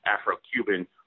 Afro-Cuban